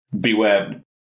beware